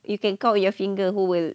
you can count on your finger who will